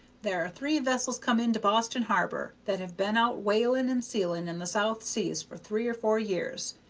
there are three vessels come into boston harbor that have been out whaling and sealing in the south seas for three or four years,